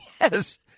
Yes